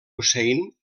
hussein